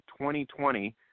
2020